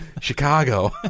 Chicago